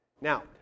Now